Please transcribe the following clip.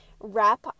wrap